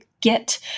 get